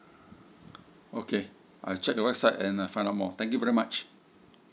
okay I check the website and uh find out more thank you very much